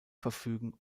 verfügen